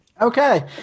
Okay